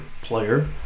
player